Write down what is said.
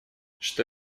что